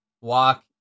walk